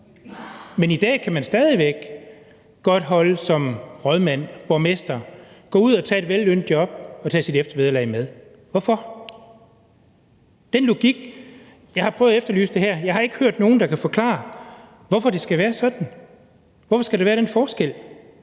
Men i dag kan man stadig væk godt holde op som rådmand eller borgmester, gå ud og tage et vellønnet job og tage sit eftervederlag med – hvorfor? Jeg har prøvet at efterlyse det her, men jeg har ikke hørt nogen, der kan forklare den logik, og hvorfor det skal være sådan. Hvorfor skal der være den forskel?